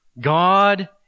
God